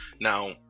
Now